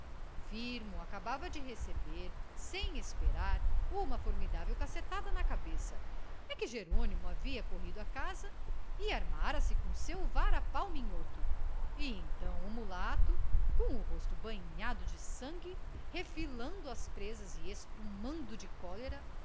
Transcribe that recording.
firmo acabava de receber sem esperar uma formidável cacetada na cabeça é que jerônimo havia corrido à casa e armara se com o seu varapau minhoto e então o mulato com o rosto banhado de sangue refilando as presas e espumando de cólera